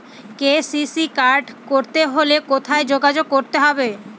KCC card করতে হলে কোথায় যোগাযোগ করতে হবে?